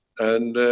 and.